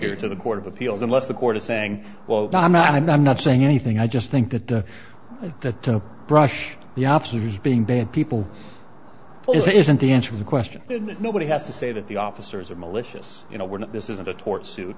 here to the court of appeals unless the court is saying well i'm not i'm not saying anything i just think that the the brush the absolute is being bad people isn't the answer the question that nobody has to say that the officers are malicious you know we're not this isn't a tort suit